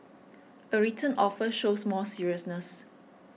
a written offer shows more seriousness